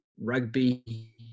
rugby